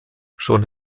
schon